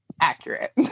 accurate